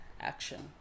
action